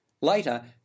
Later